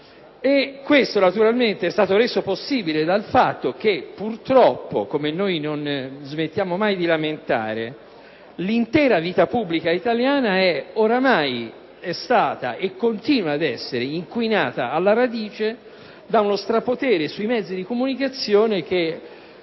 e questo naturalmente è stato reso possibile dal fatto che, purtroppo, come non smettiamo mai di lamentare, l'intera vita pubblica italiana ormai è stata e continua ad essere inquinata alla radice dallo strapotere sui mezzi di comunicazione che,